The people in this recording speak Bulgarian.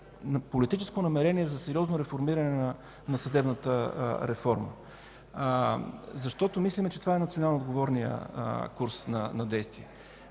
политическо намерение за сериозно реформиране на съдебната реформа, защото мислим, че това е национално отговорният курс на действие.